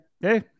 hey